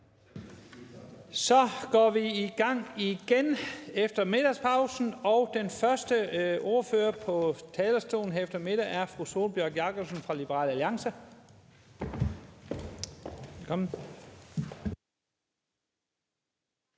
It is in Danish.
Så går vi i gang igen efter middagspausen, og den første ordfører på talerstolen her efter middag er fru Sólbjørg Jakobsen fra Liberal Alliance.